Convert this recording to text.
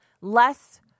less